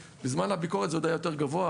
בזמן הביקורת זה עוד היה יותר גבוה.